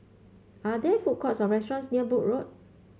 are there food courts or restaurants near Brooke Road